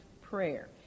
prayer